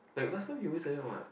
like last time he always like that what